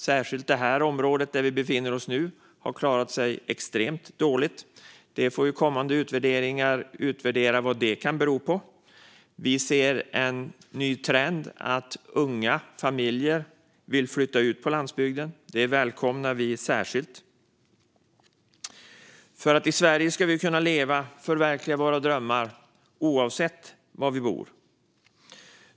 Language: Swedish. Särskilt det område vi befinner oss i nu har klarat sig extremt dåligt. Kommande utredningar får utvärdera vad det kan bero på. Vi ser en ny trend att unga familjer vill flytta ut på landsbygden. Det välkomnar vi särskilt. I Sverige ska vi kunna leva och förverkliga våra drömmar oavsett var vi bor.